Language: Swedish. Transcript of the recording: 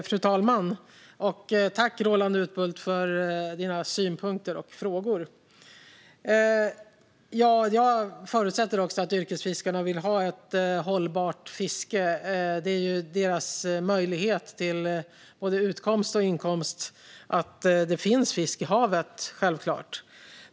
Fru talman! Tack, Roland Utbult, för dina synpunkter och frågor! Jag förutsätter att yrkesfiskarna vill ha ett hållbart fiske. Det är deras möjlighet till både utkomst och inkomst att det finns fisk i havet. Det är självklart.